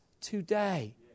today